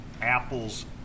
Apple's